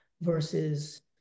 versus